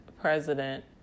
president